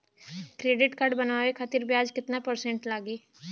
Credit card बनवाने खातिर ब्याज कितना परसेंट लगी?